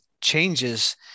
changes